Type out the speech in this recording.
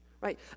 Right